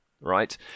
right